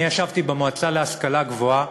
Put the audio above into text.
אני ישבתי במועצה להשכלה גבוהה,